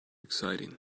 exciting